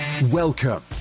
Welcome